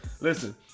listen